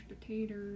potatoes